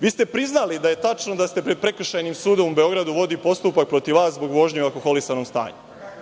Vi ste priznali da je tačno da se pred Prekršajnim sudom u Beogradu vodi postupak protiv vas zbog vožnje u alkoholisanom stanju,